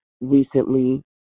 recently